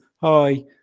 hi